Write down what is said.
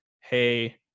Hey